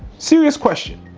serious question,